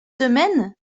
semaines